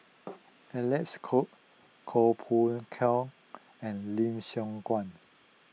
Alec Kuok Koh Poh Koon and Lim Siong Guan